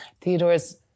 Theodore's